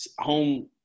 home